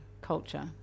culture